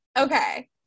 Okay